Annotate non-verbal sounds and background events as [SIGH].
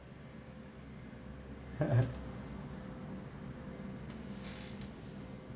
[LAUGHS]